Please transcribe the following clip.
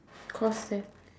cos test